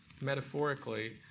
metaphorically